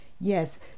Yes